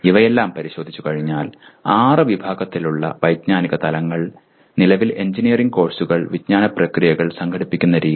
ഇവയെല്ലാം പരിശോധിച്ചുകഴിഞ്ഞാൽ ആറ് വിഭാഗത്തിലുള്ള വൈജ്ഞാനിക തലങ്ങൾ നിലവിൽ എഞ്ചിനീയറിംഗ് കോഴ്സുകൾ വിജ്ഞാന പ്രക്രിയകൾ സംഘടിപ്പിക്കുന്ന രീതി